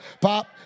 Pop